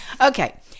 Okay